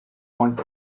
want